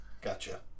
Gotcha